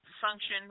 function